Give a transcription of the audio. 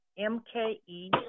MKE